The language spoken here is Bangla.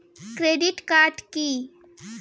Credit card key?